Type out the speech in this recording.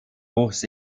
wuchs